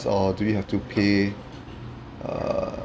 or do we have to pay err